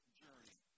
journey